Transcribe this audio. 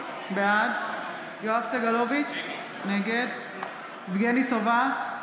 בעד יואב סגלוביץ' נגד יבגני סובה,